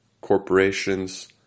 corporations